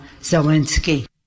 Zelensky